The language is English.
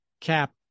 Cap